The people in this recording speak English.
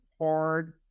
hard